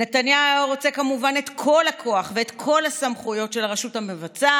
נתניהו היה רוצה כמובן את כל הכוח ואת כל הסמכויות של הרשות המבצעת,